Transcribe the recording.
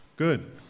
Good